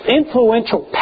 influential